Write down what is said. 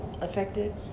affected